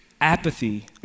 Apathy